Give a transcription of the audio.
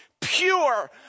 pure